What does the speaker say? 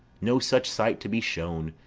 no such sight to be shown,